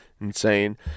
Insane